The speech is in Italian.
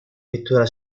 pittura